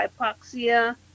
hypoxia